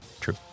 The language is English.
True